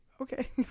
okay